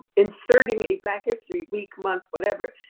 inserting a black history week, month, whatever,